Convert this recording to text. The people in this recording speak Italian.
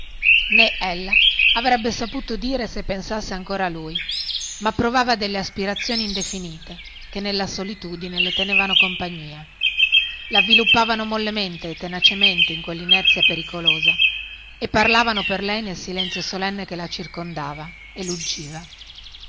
nè ella avrebbe saputo dire se pensasse ancora a lui ma provava delle aspirazioni indefinite che nella solitudine le tenevano compagnia lavviluppavano mollemente e tenacemente in quellinerzia pericolosa e parlavano per lei nel silenzio solenne che la circondava e luggiva ella